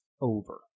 over